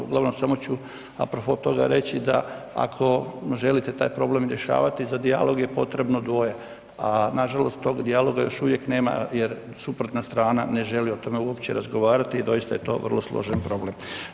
U glavnom samo ću apropo toga reći da ako želite taj problem rješavati za dijalog je potrebno dvoje, a nažalost tog dijaloga još uvijek nema jer suprotna strana ne želi o tome uopće razgovarati i doista je to vrlo složen problem.